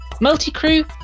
Multi-crew